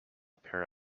pair